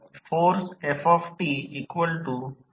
तर force ftKyt